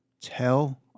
tell